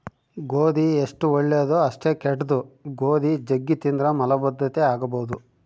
ಗೋಧಿ ಎಷ್ಟು ಒಳ್ಳೆದೊ ಅಷ್ಟೇ ಕೆಟ್ದು, ಗೋಧಿ ಜಗ್ಗಿ ತಿಂದ್ರ ಮಲಬದ್ಧತೆ ಆಗಬೊದು